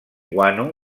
guano